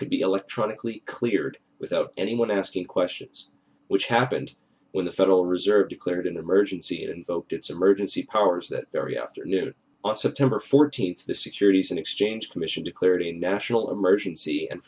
could be electronically cleared without anyone asking questions which happened when the federal reserve declared an emergency and invoked its emergency powers that be after new on september fourteenth the securities and exchange commission declared a national emergency and